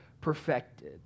perfected